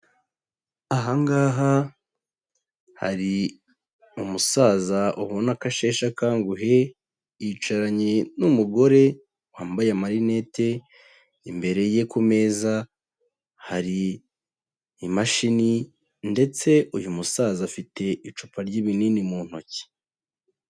Aha ngaha hari umusaza ubona ko ashesha akanguhe, yicaranye n'umugore wambaye amarinete, imbere ye ku meza hari imashini ndetse uyu musaza afite icupa ry'ibinini mu ntoki.